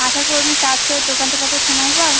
আশা কর্মীর কাজ করে দোকান চালাতে সময় পাও